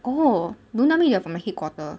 oh don't tell me you are from the headquarter